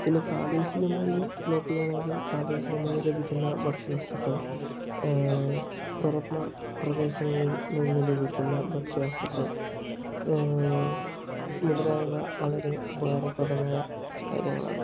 പിന്നെ പ്രാദേശികമായി നോക്കുകയാണെങ്കിൽ പ്രാദേശികമായി ലഭിക്കുന്ന ഭക്ഷ്യവസ്തുക്കൾ തുറന്ന പ്രദേശങ്ങളിൽ നിന്ന് ലഭിക്കുന്ന ഭക്ഷ്യവസ്തുക്കൾ മുതലായവ വളരെ ഉപകാരപ്രദമായ കാര്യങ്ങളാണ്